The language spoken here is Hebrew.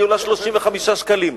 היא עולה 35 שקלים.